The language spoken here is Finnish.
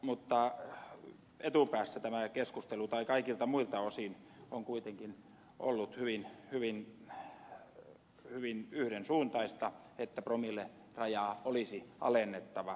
mutta etupäässä tai kaikilta muilta osin tämä keskustelu on kuitenkin ollut hyvin yhdensuuntaista että promillerajaa olisi alennettava